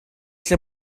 lle